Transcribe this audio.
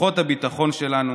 כוחות הביטחון שלנו